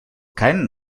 keinen